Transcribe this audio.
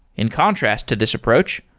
in contrast to this approach,